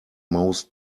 most